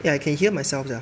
eh I can hear myself sia